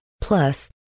Plus